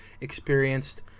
experienced